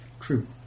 true